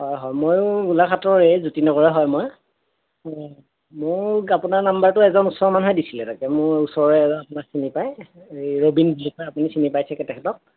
অঁ হয় ময়ো গোলাঘাটৰেই জ্যোতি নগৰৰ হয় মই অঁ মোক আপোনাৰ নাম্বাৰটো এজন ওচৰৰ মানুহে দিছিলে তাকে মোৰ ওচৰৰে এজন আপোনাক চিনি পায় এই ৰবীন বুলি কয় আপুনি চিনি পায় চাগে তেখেতক